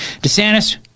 DeSantis